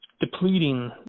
depleting